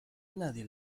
nadie